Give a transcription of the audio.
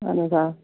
اَہَن حظ آ